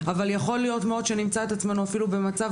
אבל יכול להיות מאוד שנמצא את עצמנו אפילו במצב